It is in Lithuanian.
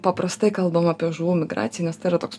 paprastai kalbam apie žuvų migraciją nes tai yra toks